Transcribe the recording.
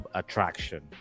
attraction